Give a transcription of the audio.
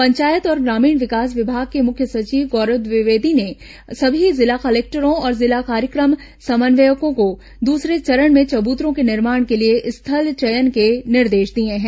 पंचायत और ग्रामीण विकास विभाग के प्रमुख सचिव गौरव द्विवेदी ने समी जिला कलेक्टरों और जिला कार्यक्रम समन्वयकों को दूसरे चरण में चबूतरों के निर्माण के लिए स्थल चयन के निर्देश दिए हैं